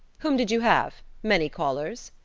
whom did you have? many callers?